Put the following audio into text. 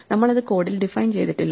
നമ്മൾ അത് കോഡിൽ ഡിഫൈൻ ചെയ്തിട്ടില്ല